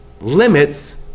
limits